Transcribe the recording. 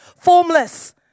formless